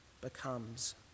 becomes